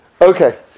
okay